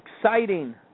exciting